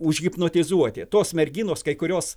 užhipnotizuoti tos merginos kai kurios